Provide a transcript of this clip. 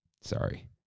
Sorry